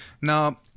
Now